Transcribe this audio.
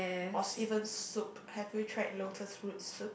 or even soup have you tried lotus fruit soup